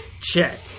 Check